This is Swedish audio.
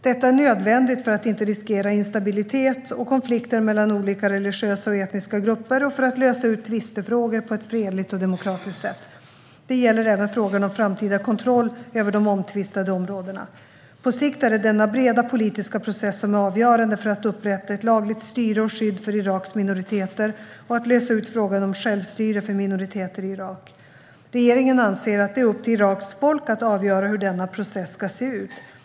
Detta är nödvändigt för att inte riskera instabilitet och konflikter mellan olika religiösa och etniska grupper, och för att lösa tvistefrågor på ett fredligt och demokratiskt sätt. Det gäller även frågan om framtida kontroll över de omtvistade områdena. På sikt är det denna breda politiska process som är avgörande för att upprätta ett lagligt styre och skydd för Iraks minoriteter och att lösa frågan om självstyre för minoriteter i Irak. Regeringen anser att det är upp till Iraks folk att avgöra hur denna process ska se ut.